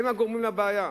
היא הגורם לבעיה.